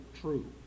true